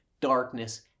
darkness